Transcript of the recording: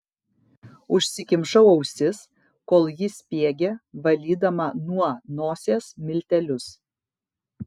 užsikimšau ausis kol ji spiegė valydama nuo nosies miltelius